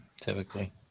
typically